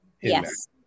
Yes